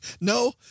No